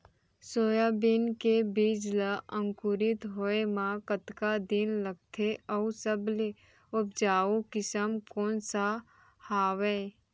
Soybean के बीज ला अंकुरित होय म कतका दिन लगथे, अऊ सबले उपजाऊ किसम कोन सा हवये?